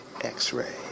X-Ray